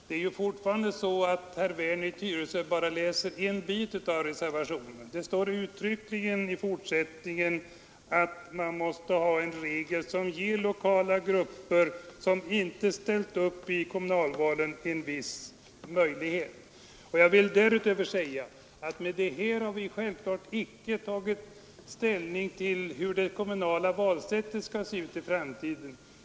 Herr talman! Herr Werner i Tyresö läser fortfarande bara en del av reservationen. Det står uttryckligen i fortsättningen att man måste ha en regel som ger lokala grupper som inte ställt upp i kommunalvalen en möjlighet att delta. Därutöver vill jag säga att med det här har vi självklart icke tagit ställning till hur det kommunala valsättet skall se ut i framtiden.